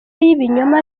y’ibinyoma